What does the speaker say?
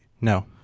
no